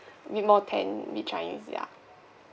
a bit more tan a bit chinese ya